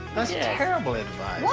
yeah terrible advice!